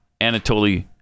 Anatoly